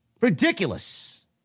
Ridiculous